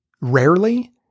rarely